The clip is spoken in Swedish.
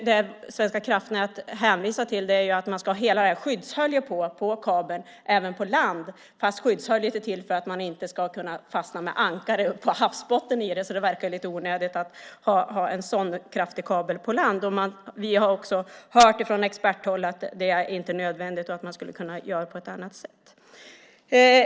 Det Svenska kraftnät hänvisar till är att man ska ha hela skyddshöljet på kabeln även på land, fast skyddshöljet är till för att ankare inte ska kunna fastna i den på havsbotten. Det verkar lite onödigt att ha en sådan kraftig kabel på land. Vi har också hört från experthåll att det inte är nödvändigt och att man skulle kunna göra på ett annat sätt.